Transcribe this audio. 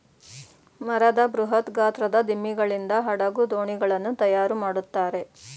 ಮರದ ಬೃಹತ್ ಗಾತ್ರದ ದಿಮ್ಮಿಗಳಿಂದ ಹಡಗು, ದೋಣಿಗಳನ್ನು ತಯಾರು ಮಾಡುತ್ತಾರೆ